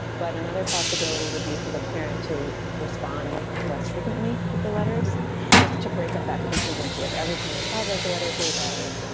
but another possibility would be for the parent to respond less frequently with the letters just to break up that contingency. if every time the child writes a letter to the dragon,